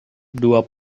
dua